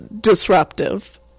disruptive